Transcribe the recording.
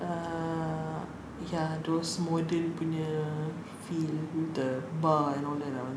uh ya those modern punya feel the bar and all that lah